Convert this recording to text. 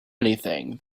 anything